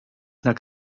nac